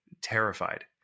terrified